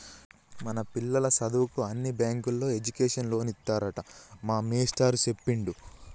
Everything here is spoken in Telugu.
మన పిల్లల సదువుకు అన్ని బ్యాంకుల్లో ఎడ్యుకేషన్ లోన్లు ఇత్తారట మా మేస్టారు సెప్పిండు